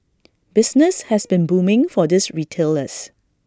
business has been booming for these retailers